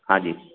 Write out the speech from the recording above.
हा जी